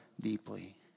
deeply